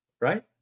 Right